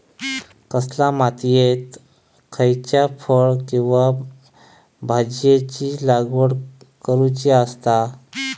कसल्या मातीयेत खयच्या फळ किंवा भाजीयेंची लागवड करुची असता?